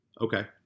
Okay